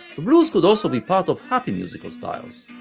the blues could also be part of happy musical styles,